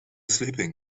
sleeping